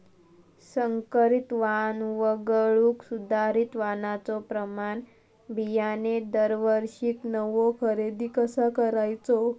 संकरित वाण वगळुक सुधारित वाणाचो प्रमाण बियाणे दरवर्षीक नवो खरेदी कसा करायचो?